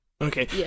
Okay